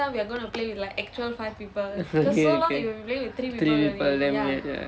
okay okay three people